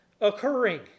occurring